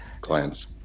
clients